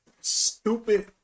stupid